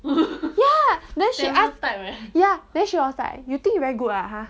ya then she ask ya then she was like you think you very good ah !huh!